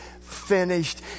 finished